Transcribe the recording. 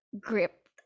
gripped